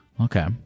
Okay